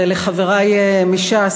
ולחברי מש"ס,